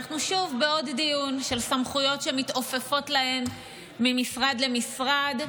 אנחנו שוב בעוד דיון של סמכויות שמתעופפות להן ממשרד למשרד,